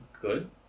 good